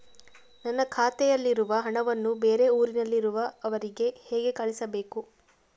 ನನ್ನ ಖಾತೆಯಲ್ಲಿರುವ ಹಣವನ್ನು ಬೇರೆ ಊರಿನಲ್ಲಿರುವ ಅವರಿಗೆ ಹೇಗೆ ಕಳಿಸಬೇಕು?